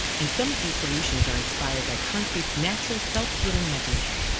and some of these solutions are inspired by concrete's natural self-healing mechanism.